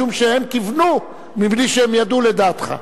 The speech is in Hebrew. משום שהם כיוונו מבלי שהם ידעו לדעתך.